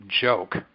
joke